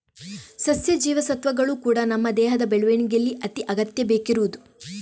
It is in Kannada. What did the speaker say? ಸಸ್ಯ ಜೀವಸತ್ವಗಳು ಕೂಡಾ ನಮ್ಮ ದೇಹದ ಬೆಳವಣಿಗೇಲಿ ಅತಿ ಅಗತ್ಯ ಬೇಕಿರುದು